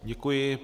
Děkuji.